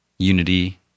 Unity